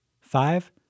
Five